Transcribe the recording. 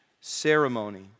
ceremony